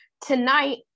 Tonight